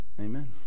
Amen